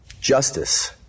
justice